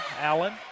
Allen